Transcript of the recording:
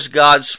God's